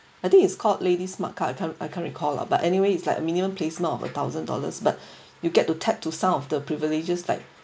I think it's called lady smart card I can't I can't recall lah but anyway it's like a minimum placement of a thousand dollars but you get to tap to some of the privileges like